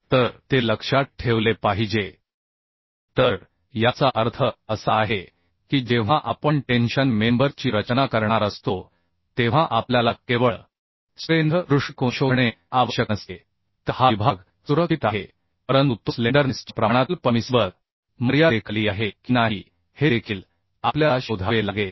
तर ते लक्षात ठेवले पाहिजे तर याचा अर्थ असा आहे की जेव्हा आपण टेन्शन मेंबर ची रचना करणार असतो तेव्हा आपल्याला केवळ स्ट्रेंथ दृष्टीकोन शोधणे आवश्यक नसते तर हा विभाग सुरक्षित आहे परंतु तो स्लेंडरनेस च्या प्रमाणातील परमिसिबल मर्यादेखाली आहे की नाही हे देखील आपल्याला शोधावे लागेल